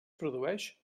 produeix